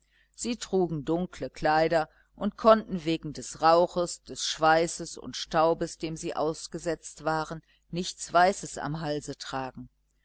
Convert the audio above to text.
sie trugen dunkle kleider und konnten wegen des rauches des schweißes und staubes dem sie ausgesetzt waren nichts weißes am halse tragen